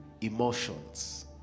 emotions